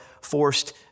forced